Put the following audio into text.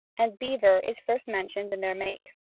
and beaver is first mentioned in their make.